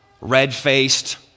red-faced